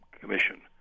commission